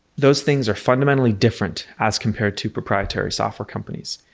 those things are fundamentally different as compared to proprietary software companies,